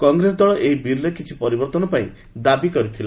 କଂଗେସ ଦଳ ଏହି ବିଲ୍ରେ କିଛି ପରିବର୍ତ୍ତନ ପାଇଁ ଦାବି କରିଥିଲା